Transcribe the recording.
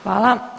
Hvala.